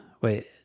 wait